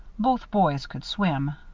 both boys could swim.